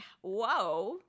whoa